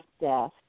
death